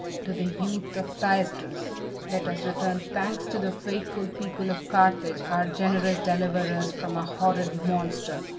to the youth of thysdrus let us return thanks to the faithful people of carthage, our generous deliverers from a horrid monster